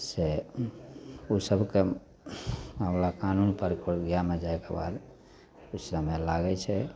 से ओ ओसबके मामिला कानून पर प्रक्रियामे जाएके बाद किछु समय लागै छै